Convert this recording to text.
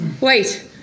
Wait